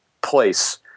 place